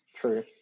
True